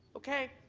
okay.